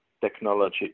technology